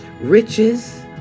riches